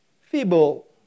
feeble